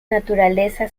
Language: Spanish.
naturaleza